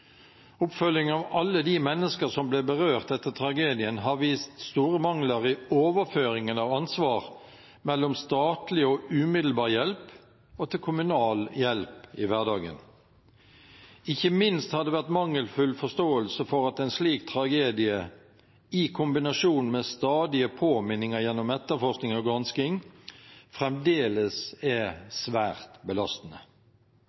oppfølging. Oppfølgingen av alle de mennesker som ble berørt etter tragedien, har vist store mangler i overføringen av ansvar mellom statlig og umiddelbar hjelp og kommunal hjelp i hverdagen. Ikke minst har det vært mangelfull forståelse for at en slik tragedie, i kombinasjon med stadige påminninger gjennom etterforskning og gransking, fremdeles